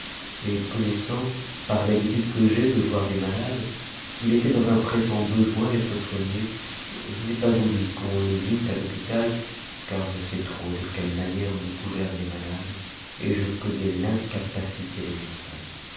et connaissant par l'habitude que j'ai de voir des malades qu'il était dans un pressant besoin d'être soigné je n'i pas voulu qu'on le mît à l'hôpital car je sais trop de quelle manière on y gouverne les malades et je connais l'incapacité des médecins